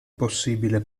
possibile